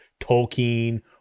tolkien